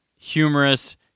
humorous